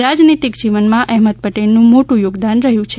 રાજનીતિક જીવનમાં અહેમદ પેટલનુ મોટું યોગદાન રહ્યુ છે